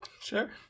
Sure